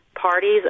parties